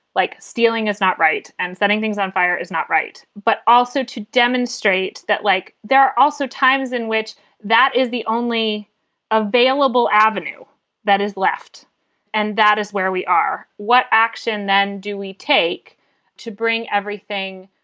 like, stealing is not right and setting things on fire is not right. but also to demonstrate that, like, there are also times in which that is the only available avenue that is left and that is where we are. what action then do we take to bring everything?